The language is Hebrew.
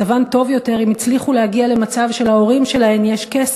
מצבם טוב יותר אם הצליחו להגיע למצב שלהורים שלהם יש כסף.